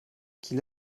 qu’il